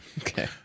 Okay